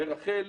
רח"ל,